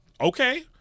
Okay